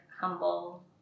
humble